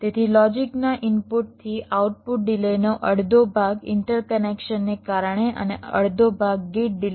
તેથી લોજિકના ઇનપુટથી આઉટપુટ ડિલેનો અડધો ભાગ ઇન્ટરકનેક્શનને કારણે અને અડધો ભાગ ગેટ ડિલેને કારણે થશે